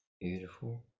Beautiful